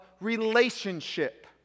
relationship